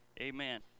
Amen